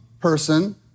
person